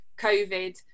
Covid